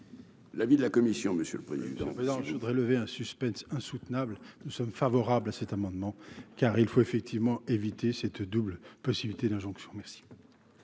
L'avis de la commission, monsieur le président. Alors je voudrais lever un suspense insoutenable, nous sommes favorables à cet amendement car il faut effectivement éviter cette double possibilité d'injonction merci.